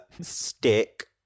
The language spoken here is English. stick